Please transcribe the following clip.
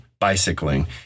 Bicycling